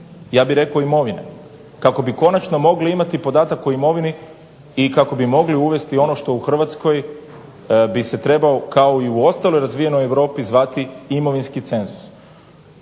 ja bih rekao imovine kako bi konačno mogli imati podatak o imovini i kako bi mogli uvesti ono što u Hrvatskoj bi se trebao kao i u ostaloj razvijenoj Europi zvati imovinski cenzus.